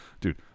dude